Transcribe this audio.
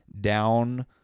down